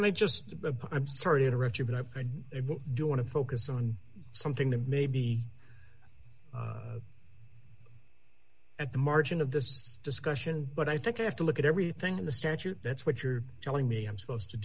i just i'm sorry to interrupt you but i do want to focus on something that may be at the margin of this discussion but i think you have to look at everything in the statute that's what you're telling me i'm supposed to